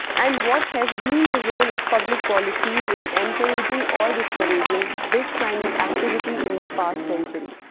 and what has been the role of public policies in encouraging or discouraging this kind of activity in the past century?